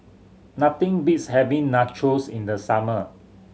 nothing beats having Nachos in the summer